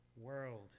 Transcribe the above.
world